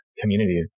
community